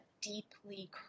deeply